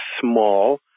small